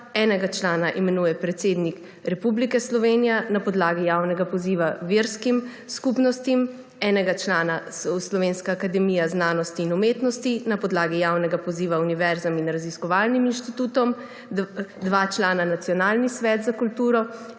enega člana imenuje predsednik Republike Slovenije na podlagi javnega poziva verskim skupnostim, enega člana Slovenska akademija znanosti in umetnosti na podlagi javnega poziva univerzam in raziskovalnim inštitutom, dva člana Nacionalni svet za kulturo,